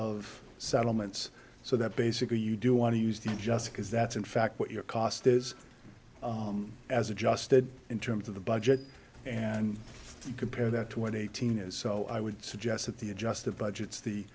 of settlements so that basically you do want to use the just because that's in fact what your cost is as adjusted in terms of the budget and you compare that to what eighteen is so i would suggest that the adjusted